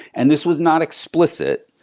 and this was not explicit,